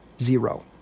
Zero